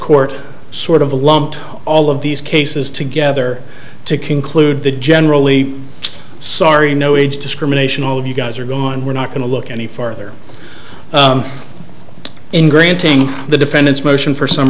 court sort of lumped all of these cases together to conclude the generally sorry no age discrimination all of you guys are gone we're not going to look any farther in granting the defendant's motion for s